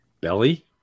belly